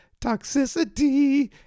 toxicity